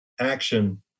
action